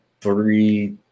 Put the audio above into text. three